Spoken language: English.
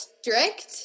strict